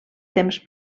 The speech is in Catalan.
temps